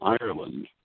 Ireland